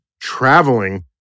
traveling